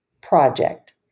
project